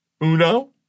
Uno